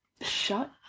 Shut